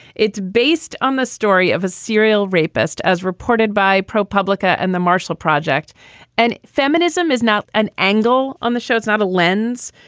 it's based on the story of a serial rapist as reported by propublica and the marshall project and feminism is not an angle on the show it's not a lens.